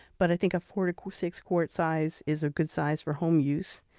but i think a four to six quart size is a good size for home use.